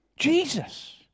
Jesus